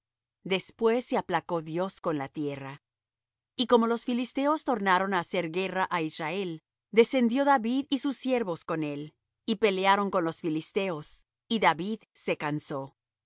después se aplacó dios con la tierra y como los filisteos tornaron á hacer guerra á israel descendió david y sus siervos con él y pelearon con los filisteos y david se cansó